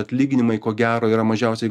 atlyginimai ko gero yra mažiausiai